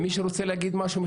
מישהו רוצה להגיד משהו,